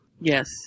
Yes